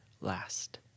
last